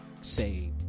say